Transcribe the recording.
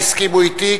והם הסכימו אתי,